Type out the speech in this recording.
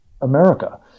America